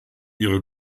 ihre